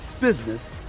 business